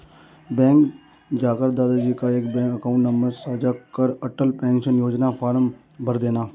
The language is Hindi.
बैंक जाकर दादा जी का बैंक अकाउंट नंबर साझा कर अटल पेंशन योजना फॉर्म भरदेना